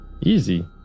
Easy